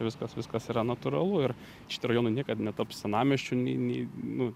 viskas viskas yra natūralu ir šitie rajonai niekad netaps senamiesčiu nei nei nu